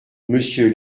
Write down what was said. monsieur